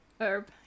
Herb